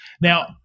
Now